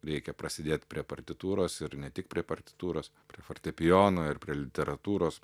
reikia prasėdėt prie partitūros ir ne tik prie partitūros prie fortepijono ir prie literatūros